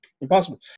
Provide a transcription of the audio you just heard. impossible